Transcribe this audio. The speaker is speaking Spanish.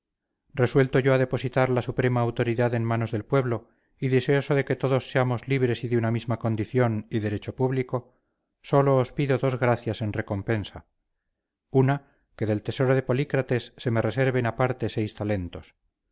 resuelto yo a depositar la suprema autoridad en manos del pueblo y deseoso de que todos seamos libres y de una misma condición y derecho público solo os pido dos gracias en recompensa una que del tesoro de polícrates se me reserven aparte seis talentos